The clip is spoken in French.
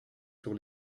sur